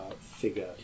figure